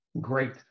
great